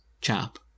chap